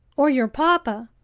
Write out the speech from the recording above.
or your papa,